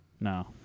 No